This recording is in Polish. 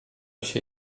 się